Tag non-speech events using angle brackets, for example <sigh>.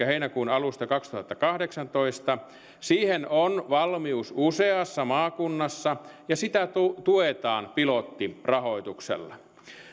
<unintelligible> heinäkuun alusta kaksituhattakahdeksantoista siihen on valmius useassa maakunnassa ja sitä tuetaan pilottirahoituksella